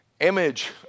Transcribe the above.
image